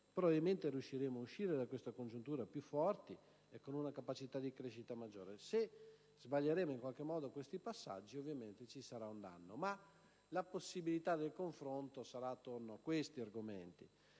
probabilmente riusciremo ad uscire da questa congiuntura più forti e con una capacità di crescita maggiore, ma se sbaglieremo questi passaggi ci sarà un danno. La possibilità del confronto sarà attorno a questi argomenti.